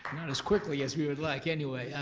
not as quickly as we would like anyway.